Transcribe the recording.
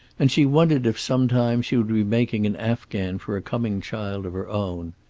and she wondered if some time she would be making an afghan for a coming child of her own.